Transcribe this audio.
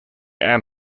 ann